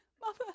Mother